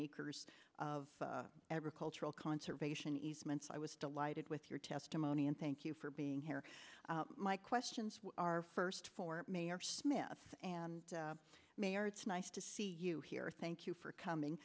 acres of agricultural conservation easements i was delighted with your testimony and thank you for being here my questions are first for mayor smith and mayor it's nice to see you here thank you for coming